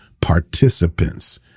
participants